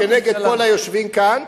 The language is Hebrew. כנגד כל היושבים כאן,